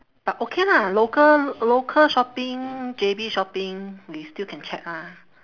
but okay lah local local shopping J_B shopping we still can chat ah